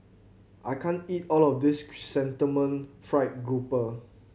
I can't eat all of this Chrysanthemum Fried Grouper